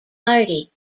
party